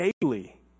daily